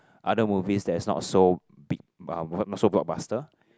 other movies that is not so big not so blockbuster